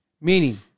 Meaning